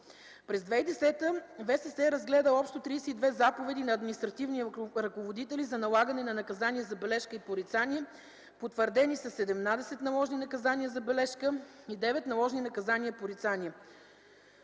През 2010 г. ВСС е разгледал общо 32 заповеди на административни ръководители за налагане на наказания „забележка” и „порицание”, потвърдени са: седемнадесет наложени наказания „забележка” и девет наложени наказания „порицание”.